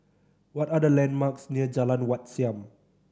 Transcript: what are the landmarks near Jalan Wat Siam